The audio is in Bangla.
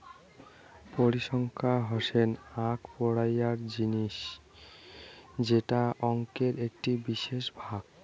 পরিসংখ্যান হসে আক পড়াইয়ার জিনিস যেটা অংকের একটি বিশেষ ভাগ